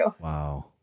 Wow